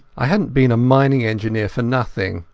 i hadnat been a mining engineer for nothing,